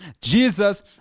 Jesus